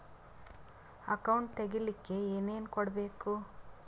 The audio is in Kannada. ಅಕೌಂಟ್ ತೆಗಿಲಿಕ್ಕೆ ಏನೇನು ಕೊಡಬೇಕು?